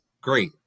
great